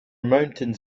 mountains